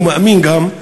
ומאמין גם,